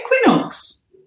equinox